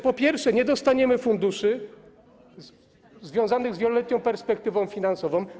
Po pierwsze, nie dostaniemy funduszy związanych z wieloletnią perspektywą finansową.